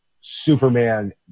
Superman